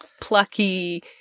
plucky